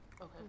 Okay